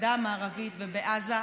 בגדה המערבית ובעזה,